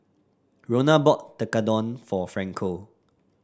Rona bought Tekkadon for Franco